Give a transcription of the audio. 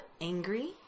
angry